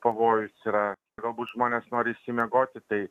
pavojus yra galbūt žmonės nori išsimiegoti tai